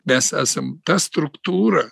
mes esam ta struktūra